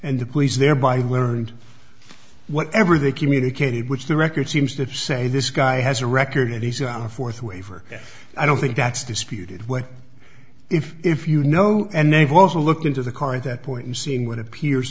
and the police thereby learned whatever they communicated which the record seems to say this guy has a record he's on a fourth waiver i don't think that's disputed what if if you know and they've also looked into the car at that point and seeing what appears